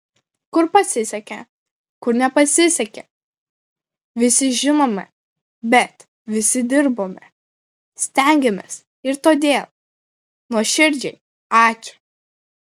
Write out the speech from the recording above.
kur pasisekė kur nepasisekė visi žinome bet visi dirbome stengėmės ir todėl nuoširdžiai ačiū